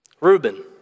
Reuben